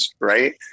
right